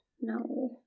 No